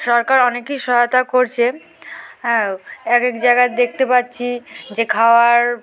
সরকার অনেকই সহায়তা করছে হ্যাঁ এক এক জায়গায় দেখতে পাচ্ছি যে খাওয়ার